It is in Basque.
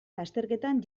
lasterketan